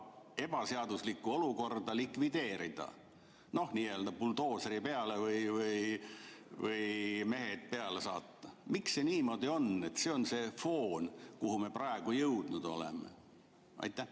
ebaseaduslikku olukorda likvideerida, nii-öelda buldooseri või mehed peale saata? Miks see niimoodi on? See on see foon, kuhu me praegu jõudnud oleme. Aitäh!